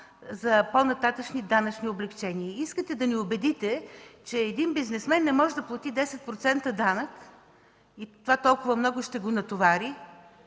за по-нататъшни данъчни облекчения. Искате да ни убедите, че един бизнесмен не може да плати 10% данък и това толкова много ще го натовари?